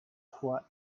fois